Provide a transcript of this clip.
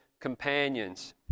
companions